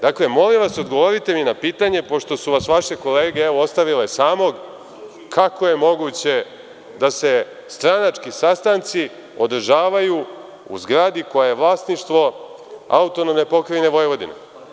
Dakle, molim vas odgovorite mi na pitanje, pošto su vas vaše kolege, evo, ostavile samog, kako je moguće da se stranački sastanci održavaju u zgradi koja je vlasništvo AP Vojvodine?